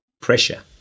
pressure